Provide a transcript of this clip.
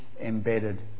embedded